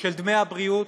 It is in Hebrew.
דמי הבריאות,